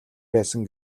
байсан